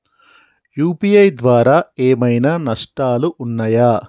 UPI ద్వారా ఏమైనా నష్టాలు ఉన్నయా?